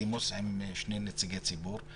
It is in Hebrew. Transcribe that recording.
בדימוס עם שני נציגי ציבור,